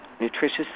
nutritious